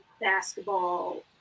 basketball